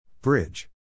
Bridge